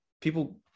people